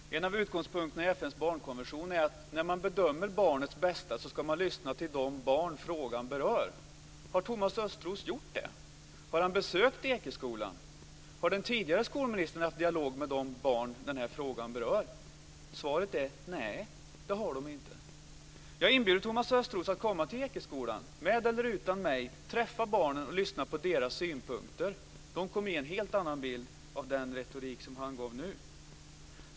Fru talman! En av utgångspunkterna i FN:s barnkonvention är att man, när man bedömer barnens bästa, ska lyssna till de barn som frågan berör. Har Thomas Östros gjort det? Har han besökt Ekeskolan? Har den tidigare skolministern haft en dialog med de barn som den här frågan berör? Svaret är: Nej, det har man inte gjort. Jag inbjuder Thomas Östros att komma till Ekeskolan, med eller utan mig, och träffa barnen och lyssna på deras synpunkter. De kommer att ge en helt annan bild av den retorik som han nu gav prov på.